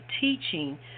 teaching